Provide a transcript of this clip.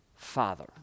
Father